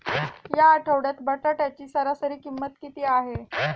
या आठवड्यात बटाट्याची सरासरी किंमत किती आहे?